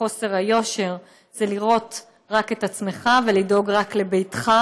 חוסר היושר זה לראות רק את עצמך ולדאוג רק לביתך,